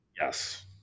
Yes